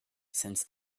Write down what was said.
since